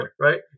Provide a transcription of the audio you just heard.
right